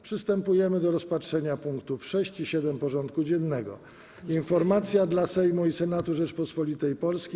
Przystępujemy do rozpatrzenia punktów 6. i 7. porządku dziennego: 6. Informacja dla Sejmu i Senatu Rzeczypospolitej Polskiej.